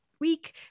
week